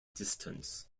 distance